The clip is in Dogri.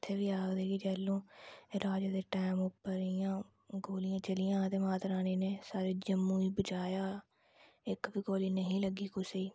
उत्थै बी आखदे के जैल्लूं राजे दे टैम उप्पर इयां गोलियां चलियां हियां ते माता रानी ने सारे जम्मू गी बचाया हा एक्क बी गोली नेही लग्गी कुसै गी